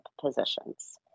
positions